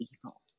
evil